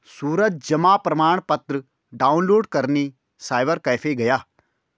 सूरज जमा प्रमाण पत्र डाउनलोड करने साइबर कैफे गया